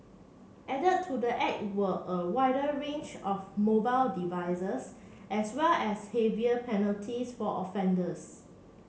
added to the act were a wider range of mobile as well as heavier penalties for offenders